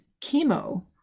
chemo